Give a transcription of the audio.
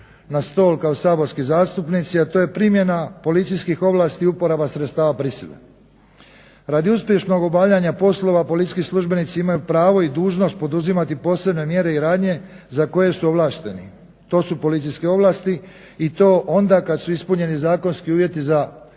na stol kao saborski zastupnici a to je primjena policijskih ovlasti i uporaba sredstava prisile. Radi uspješnog obavljanja poslova policijski službenici imaju pravo i dužnost poduzimati posebne mjere i radnje za koje su ovlašteni. To su policijske ovlasti i to onda kad su ispunjeni zakonski uvjeti za njihovu